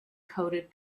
coated